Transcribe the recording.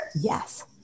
Yes